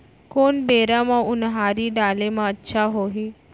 कोन बेरा म उनहारी डाले म अच्छा होही?